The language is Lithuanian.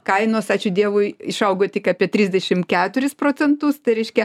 kainos ačiū dievui išaugo tik apie trisdešim keturis procentus tai reiškia